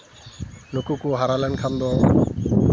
ᱱᱩᱠᱩ ᱠᱚ ᱦᱟᱨᱟ ᱞᱮᱱᱠᱷᱟᱱ ᱫᱚ